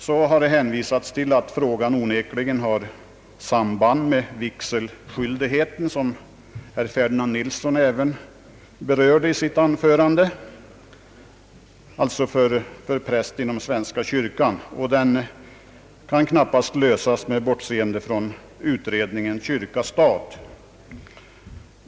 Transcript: Det har vidare hänvisats till att frågan onekligen har samband med vigselskyldigheten för präst inom svenska kyrkan, vilket herr Ferdinand Nilsson i sitt anförande berörde. Denna fråga kan knappast lösas med bortseende från utredningen kyrka-stat.